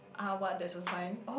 uh what that's your sign